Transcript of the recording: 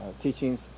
Teachings